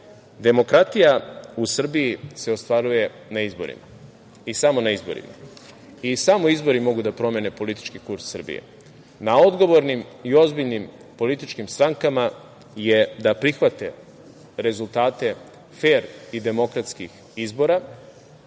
demokratija u Srbiji se ostvaruje na izborima i samo na izborima. Samo izbori mogu da promene politički kurs Srbije. Na odgovornim i ozbiljnim političkim strankama je da prihvate rezultate fer i demokratskih izbora,